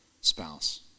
spouse